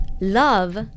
love